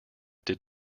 did